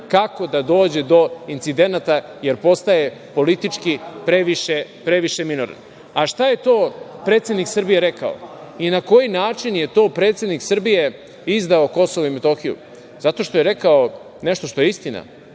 kako da dođe do incidenata, jer postaje politički previše minoran. Šta je to predsednik Srbije rekao i na koji način je to predsednik Srbije izdao Kosovo i Metohiju? Zato što je rekao nešto što je istina,